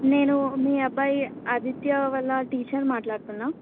నేను మీ అబ్బాయి ఆదిత్య వాళ్ళ టీచర్ని మాట్లాడుతున్నా